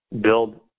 build